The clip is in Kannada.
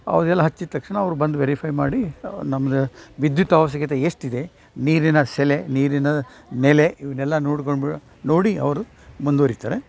ಅವದೆಲ್ಲ ಹಚ್ಚಿದ ತಕ್ಷಣ ಅವ್ರು ಬಂದು ವೆರಿಫೈ ಮಾಡಿ ನಮ್ದು ವಿದ್ಯುತ್ ಆವಶ್ಯಕತೆ ಎಷ್ಟಿದೆ ನೀರಿನ ಸೆಲೆ ನೀರಿನ ನೆಲೆ ಇವನ್ನೆಲ್ಲ ನೋಡ್ಕೊಂಡು ನೋಡಿ ಅವರು ಮುಂದುವರಿತಾರೆ